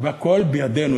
והכול בידינו.